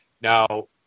Now